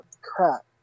crap